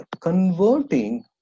converting